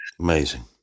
Amazing